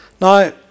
Now